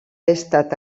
estat